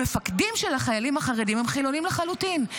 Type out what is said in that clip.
המפקדים של החיילים החרדים הם חילונים לחלוטין.